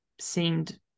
seemed